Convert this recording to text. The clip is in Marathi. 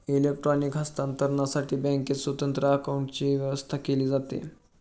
इलेक्ट्रॉनिक हस्तांतरणसाठी बँकेत स्वतंत्र काउंटरची व्यवस्था केली जाते